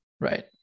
Right